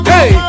Hey